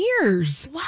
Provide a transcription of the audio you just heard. years